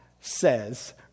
says